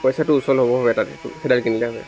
পইচাটো উচল হ'ব সেইডাল কিনিলে হয়